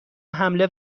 حمله